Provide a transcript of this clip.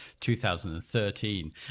2013